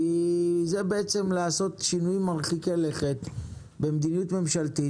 מדובר על לעשות שינויים מרחיקי לכת במדיניות ממשלתית